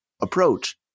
approach